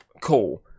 Cool